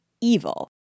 evil